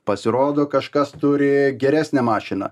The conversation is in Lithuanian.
pasirodo kažkas turi geresnę mašiną